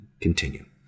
Continue